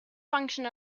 function